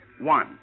One